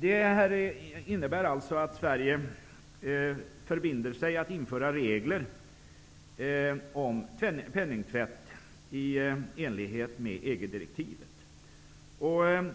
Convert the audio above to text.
Det innebär alltså att Sverige förbinder sig att införa regler om penningtvätt i enlighet med EG direktivet.